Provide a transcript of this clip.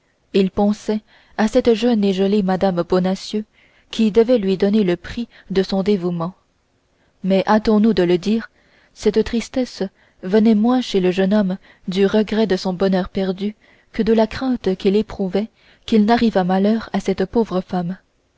il pensait à cette jeune et jolie mme bonacieux qui devait lui donner le prix de son dévouement mais hâtons-nous de le dire cette tristesse venait moins chez le jeune homme du regret de son bonheur perdu que de la crainte qu'il éprouvait qu'il n'arrivât malheur à cette pauvre femme